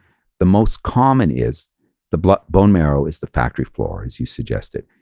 the most common is the but bone marrow is the factory floor as you suggested.